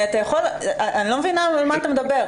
אני לא מבינה איפה אנחנו נמצאים, על מה אתה מדבר?